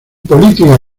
política